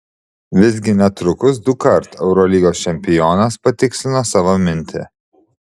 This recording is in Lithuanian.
visgi netrukus dukart eurolygos čempionas patikslino savo mintį